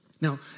Now